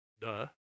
duh